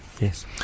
Yes